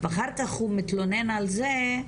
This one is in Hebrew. אחר כך הוא מתלונן על זה,